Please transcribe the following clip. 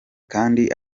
kandi